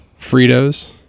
Fritos